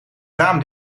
raam